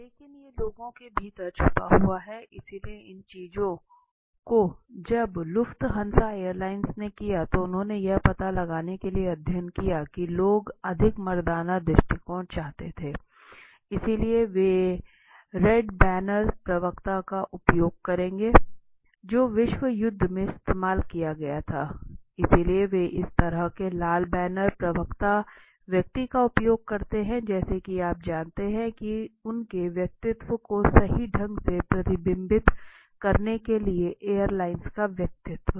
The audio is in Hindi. लेकिन यह लोगों के भीतर छिपा हुआ है इसलिए इन चीजों को जब लुफ्थांसा एयरलाइंस ने किया तो उन्होंने यह पता लगाने के लिए अध्ययन किया कि लोग अधिक मर्दाना दृष्टिकोण चाहते थे इसलिए वे रेड बैरन प्रवक्ता का उपयोग करें जो विश्व युद्ध में इस्तेमाल किया गया था इसलिए वे इस तरह के लाल बैरन प्रवक्ता व्यक्ति का उपयोग करते हैं जैसा कि आप जानते हैं कि उनके व्यक्तित्व को सही ढंग से प्रतिबिंबित करने के लिए एयरलाइंस का व्यक्तित्व